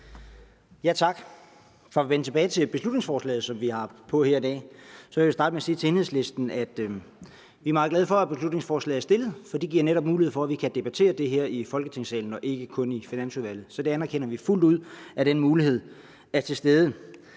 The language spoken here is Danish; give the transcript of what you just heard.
Tak. For at vende tilbage til beslutningsforslaget, som vi har på dagsordenen her i dag, så vil jeg starte med at sige til Enhedslisten, at vi er meget glade for, at beslutningsforslaget er fremsat, for det giver netop mulighed for, at vi kan debattere det her i Folketingssalen og ikke kun i Finansudvalget. Så vi anerkender fuldt ud, at den mulighed er til stede.